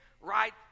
right